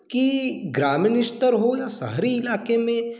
की ग्रामीण स्तर हो या शहरी इलाके में